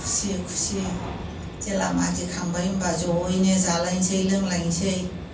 खुसि खुसि जेला मागि खांबाय होमब्ला जयैनो जालायनोसै लोंलायनोसै